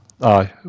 Aye